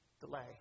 delay